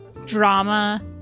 drama